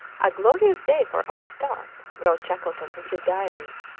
a glorious day for our start, wrote shackleton in his diary,